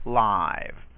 live